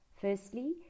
Firstly